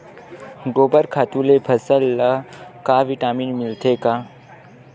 गोबर खातु ले फसल ल का विटामिन मिलथे का?